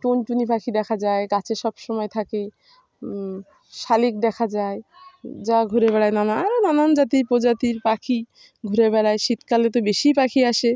টুনটুনি পাখি দেখা যায় গাছে সব সময় থাকে শালিক দেখা যায় যা ঘুরে বেড়ায় নানা আরও নানান জাতির প্রজাতির পাখি ঘুরে বেড়ায় শীতকালে তো বেশি পাখি আসে